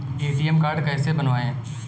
ATM card कैसे बनवाएँ?